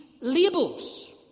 labels